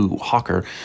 Hawker